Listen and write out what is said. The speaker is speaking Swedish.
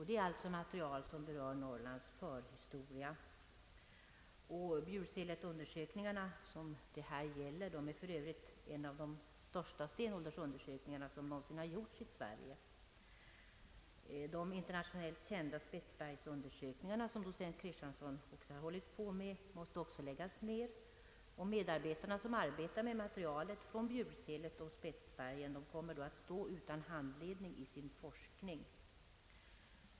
Det är alltså material som berör Norrlands förhistoria. Bjurseletundersökningarna som det här gäller är för övrigt en av de största stenåldersunder Anslag till humanistiska fakulteterna sökningar som någonsin gjorts i Sverige. De internationellt kända Spetsbergsundersökningarna som =: docent Christiansson hållit på med, måste också nedläggas. De medarbetare som arbetar med materialet från Bjurselet och Spetsbergen kommer att stå utan handledning i sin forskning.